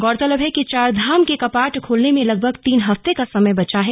गौरतलब है कि चारधाम के कपाट खुलने में लगभग तीन हफ्ते का समय बचा है